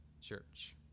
church